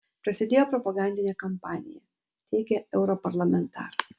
prasidėjo propagandinė kampanija teigia europarlamentaras